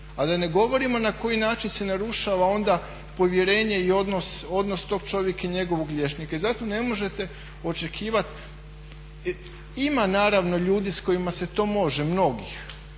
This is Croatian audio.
a da ne govorimo na koji način se narušava onda povjerenje i odnos tog čovjeka i njegovog liječnika. I zato ne možete očekivati, ima naravno ljudi s kojima se to može mnogih.